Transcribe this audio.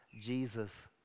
Jesus